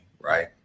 right